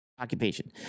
Occupation